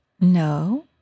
No